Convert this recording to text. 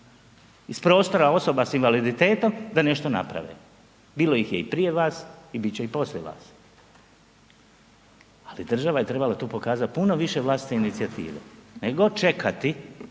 iz prostora osoba s invaliditetom da nešto naprave, bilo ih je i prije vas i bit će i poslije vas, ali država je trebala tu pokazat puno više vlastite inicijative nego čekati